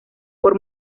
por